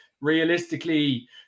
realistically